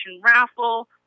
raffle